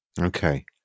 okay